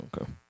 okay